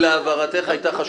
הבהרתך הייתה חשובה.